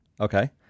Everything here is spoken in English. Okay